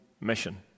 mission